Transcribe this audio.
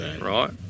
right